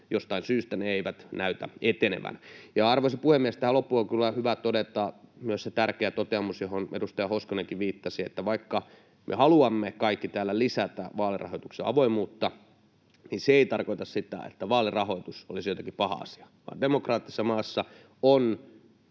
jostain syystä ne eivät näytä etenevän. Arvoisa puhemies! Tähän loppuun on kyllä hyvä todeta myös se tärkeä toteamus, johon edustaja Hoskonenkin viittasi, että vaikka me kaikki täällä haluamme lisätä vaalirahoituksen avoimuutta, niin se ei tarkoita sitä, että vaalirahoitus olisi jotenkin paha asia, vaan demokraattisessa maassa on